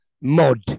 mod